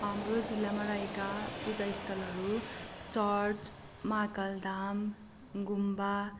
हाम्रो जिल्लामा रहेका पूजा स्थलहरू चर्च माहाकाल धाम गुम्बा